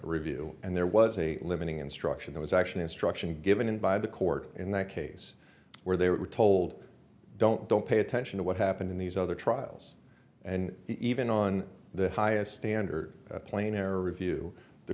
review and there was a limiting instruction that was actually instruction given by the court in that case where they were told don't don't pay attention to what happened in these other trials and even on the highest standard planar review the